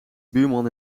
buurman